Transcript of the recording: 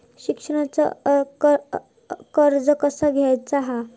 शिक्षणाचा कर्ज कसा घेऊचा हा?